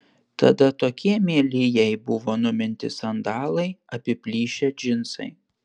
tada tokie mieli jai buvo numinti sandalai apiplyšę džinsai